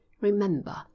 Remember